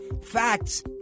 facts